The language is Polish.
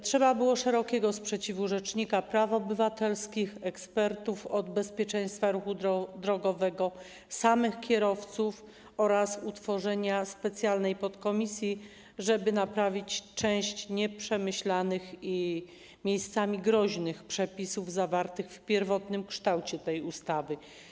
Trzeba było szerokiego sprzeciwu rzecznika praw obywatelskich, ekspertów od bezpieczeństwa ruchu drogowego, samych kierowców oraz utworzenia specjalnej podkomisji, żeby naprawić część nieprzemyślanych i miejscami groźnych przepisów zawartych w pierwotnym kształcie tej ustawy.